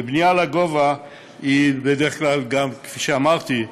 ובנייה לגובה היא בדרך כלל, כפי שאמרתי,